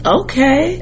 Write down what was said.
okay